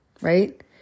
right